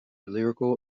lyrical